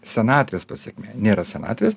senatvės pasekmė nėra senatvės